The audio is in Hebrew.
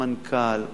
המנכ"ל,